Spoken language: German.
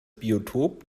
biotop